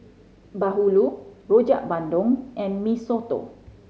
bahulu Rojak Bandung and Mee Soto